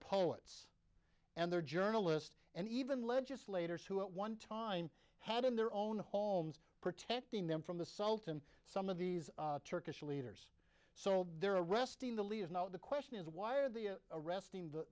poets and their journalists and even legislators who at one time had in their own homes protecting them from the sultan some of these turkish leaders so they're arresting the leaders now the question is why are the arresting the